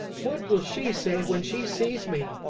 what will she say when she sees me?